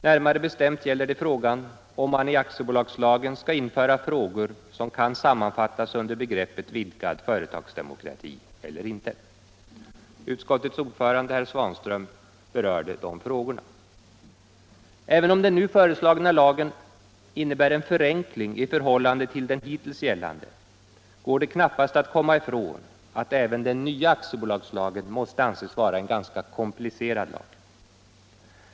Närmare bestämt gäller det om man i aktiebolagslagen skall införa frågor som kan sammanfattas under begreppet vidgad företagsdemokrati. Utskottets ordförande herr Svanström berörde de frågorna. Även om den nu föreslagna lagen innebär en förenkling i förhållande till den hittills gällande går det knappast att komma ifrån att även den nya aktiebolagslagen måste anses vara en ganska komplicerad lag.